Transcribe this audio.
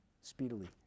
speedily